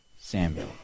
Samuel